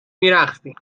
میرقصی